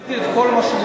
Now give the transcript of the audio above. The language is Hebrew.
עשיתי את כל מה שנדרשתי.